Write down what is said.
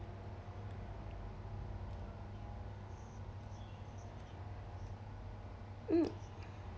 mm